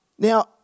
Now